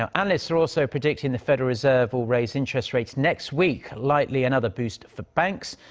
um analysts are also predicting the federal reserve will raise interest rates next week, likely another boost for banks.